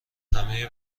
همه